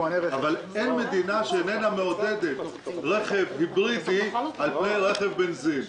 אבל אין מדינה שאיננה מעודדת רכב היברידי על פני רכב בנזין.